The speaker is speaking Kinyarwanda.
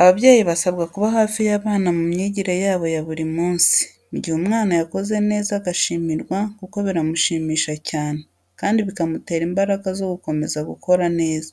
Ababyeyi basabwa kuba hafi y'abana mu myigire yabo ya buri munsi, mu gihe umwana yakoze neza agashimirwa kuko biramushimisha cyane, kandi bikamutera imbaraga zo gukomeza gukora neza,